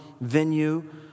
venue